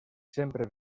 sempre